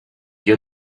your